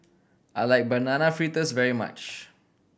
I like Banana Fritters very much